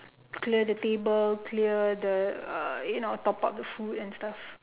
clear the table clear the uh you know top up the food and stuff